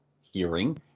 hearing